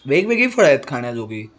वेगवेगळी फळं आहेत खाण्याजोगी